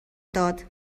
داد